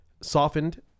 softened